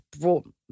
brought